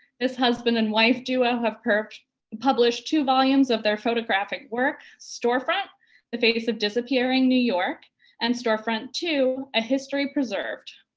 this husband-and-wife duo have per published two volumes of their photographic work, store front the face of disappearing new york and store front ii a history preserved.